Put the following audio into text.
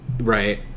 Right